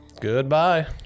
Goodbye